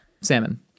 salmon